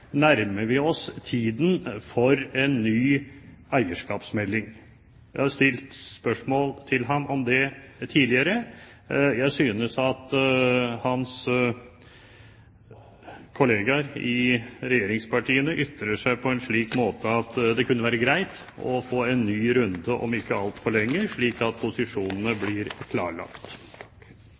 hans kolleger i regjeringspartiene ytrer seg på en slik måte at det kunne være greit å få en ny runde om ikke altfor lenge, slik at posisjonene blir klarlagt.